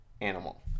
animal